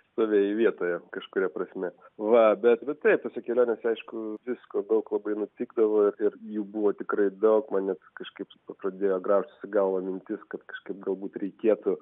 stovėjai vietoje kažkuria prasme va bet nu taip tose kelionėse aišku visko daug labai nutikdavo ir jų buvo tikrai daug man net kažkaip pradėjo graužtis į galvą mintis kad kažkaip galbūt reikėtų